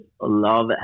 love